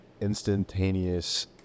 instantaneous